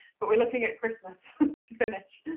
but we're looking at christmas to finish.